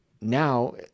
Now